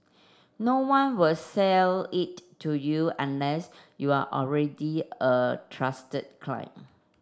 no one will sell it to you unless you're already a trusted client